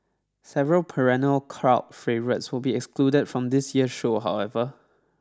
several perennial crowd favourites will be excluded from this year's show however